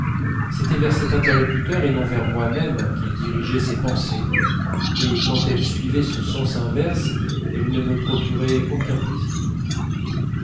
c'était vers cet interlocuteur et non vers moi-même qu'il dirigeait ses pensées et quand elles suivaient ce sens inverse elles ne me procuraient aucun plaisir